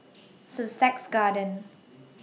Sussex Garden